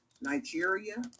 Nigeria